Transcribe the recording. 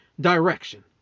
direction